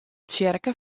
tsjerke